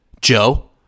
Joe